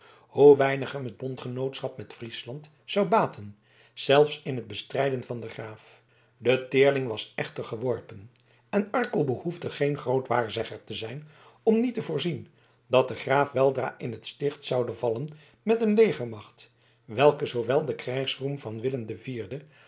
hoe weinig hem het bondgenootschap met friesland zou baten zelfs in het bestrijden van den graaf de teerling was echter geworpen en arkel behoefde geen groot waarzegger te zijn om niet te voorzien dat de graaf weldra in het sticht zoude vallen met een legermacht welke zoowel de krijgsroem van willem iv